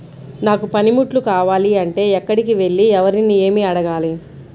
నాకు పనిముట్లు కావాలి అంటే ఎక్కడికి వెళ్లి ఎవరిని ఏమి అడగాలి?